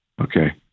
Okay